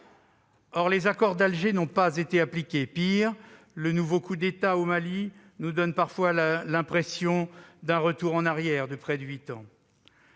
Or les accords d'Alger n'ont pas été appliqués. Pis, le nouveau coup d'État au Mali nous donne parfois l'impression d'un retour en arrière de près de huit ans.